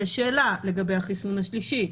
יש שאלה לגבי החיסון השלישי,